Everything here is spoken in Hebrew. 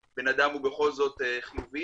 בארצות-הברית, ופשוט עושים לו התאמה לישראל.